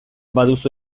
baduzu